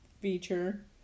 feature